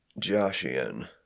Joshian